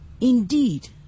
Indeed